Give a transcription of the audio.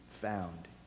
found